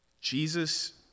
Jesus